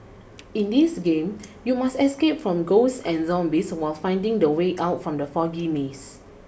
in this game you must escape from ghosts and zombies while finding the way out from the foggy maze